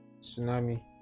tsunami